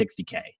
60k